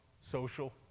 social